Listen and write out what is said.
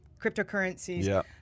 cryptocurrencies